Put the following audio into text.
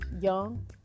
young